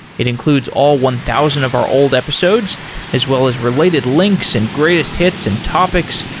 it includes all one thousand of our old episodes as well as related links, and greatest hits, and topics,